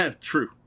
true